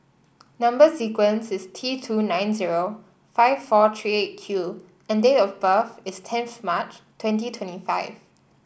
number sequence is T two nine zero five four three Eight Q and date of birth is tenth March twenty twenty five